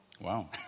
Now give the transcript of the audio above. Wow